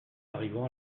arrivons